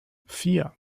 vier